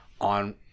on